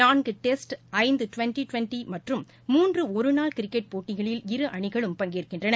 நான்கு டெஸ்ட் ஐந்து twenty twenty மற்றும் மூன்று ஒருநாள் கிரிக்கெட் போட்டிகளில் இரு அணிகளும் பங்கேற்கின்றன